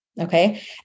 okay